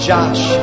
Josh